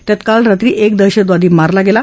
त्यात काल रात्री एक दहशतवादी मारला गेला